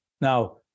Now